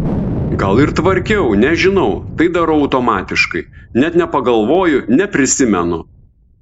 gal ir tvarkiau nežinau tai darau automatiškai net nepagalvoju neprisimenu